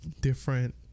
different